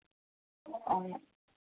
ഒന്ന്